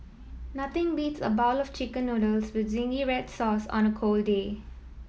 nothing beats a bowl of Chicken Noodles with zingy red sauce on a cold day